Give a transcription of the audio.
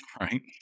Right